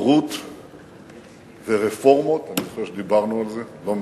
ונאורות ורפורמות, אני זוכר שדיברנו על זה לא מעט.